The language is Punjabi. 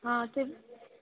ਹਾਂ ਅਤੇ